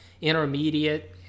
intermediate